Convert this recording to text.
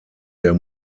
der